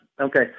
Okay